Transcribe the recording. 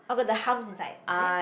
or got the humps inside that